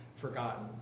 forgotten